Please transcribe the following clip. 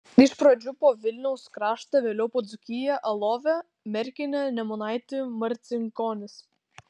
iš pradžių po vilniaus kraštą vėliau po dzūkiją alovę merkinę nemunaitį marcinkonis